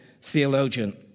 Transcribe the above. theologian